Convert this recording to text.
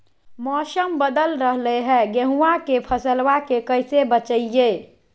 मौसम बदल रहलै है गेहूँआ के फसलबा के कैसे बचैये?